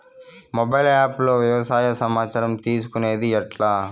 Mobile app లో వ్యవసాయ సమాచారం తీసుకొనేది ఎట్లా?